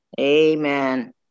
Amen